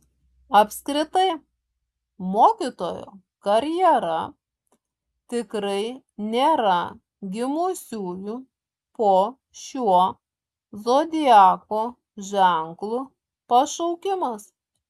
apskritai mokytojo karjera tikrai nėra gimusiųjų po šiuo zodiako ženklu pašaukimas